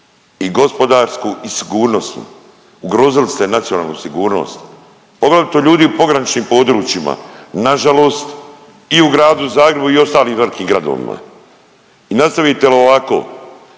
i gospodarsku i sigurnosnu. Ugrozili ste nacionalnu sigurnost. Poglavito ljudi u pograničnim područjima, nažalost i u gradu Zagrebu i ostalim velikim gradovima i nastavite li ovako